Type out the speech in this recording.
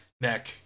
neck